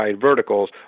verticals